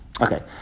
Okay